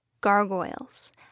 Gargoyles